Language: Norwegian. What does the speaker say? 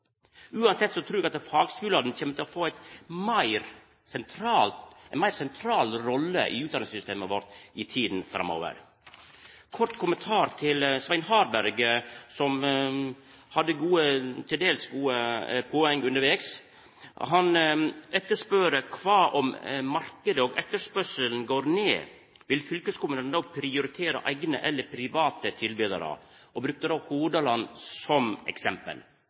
Uansett trur eg at fagskulane kjem til å få ei meir sentral rolle i utdanningssystemet vårt i tida framover. Ein kort kommentar til Svein Harberg, som hadde til dels gode poeng undervegs. Han etterspør: Kva om marknaden og etterspørselen går ned? Vil fylkeskommunane då prioritera eigne eller private tilbydarar? Han brukte Hordaland som eksempel.